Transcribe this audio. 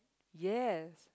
yes